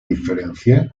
diferencia